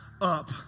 up